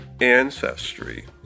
ancestry